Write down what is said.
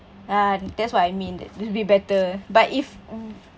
ya that's what I mean that will be better but if mm